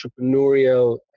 entrepreneurial